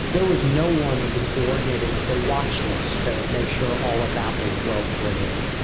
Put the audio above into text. there was no one who coordinated the watch list to make sure all of that was well coordinated.